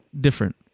different